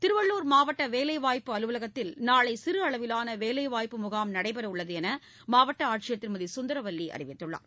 திருவள்ளூர் மாவட்ட வேலை வாய்ப்பு அலுவலகத்தில் நாளை சிறு அளவிலான வேலை வாய்ப்பு முகாம் நடைபெற உள்ளது என்று மாவட்ட ஆட்சியர் திருமதி சுந்தரவல்லி அறிவித்துள்ளார்